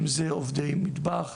אם זה עובדי מטבח,